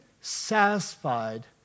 satisfied